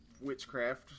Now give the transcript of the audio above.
witchcraft